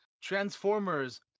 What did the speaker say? Transformers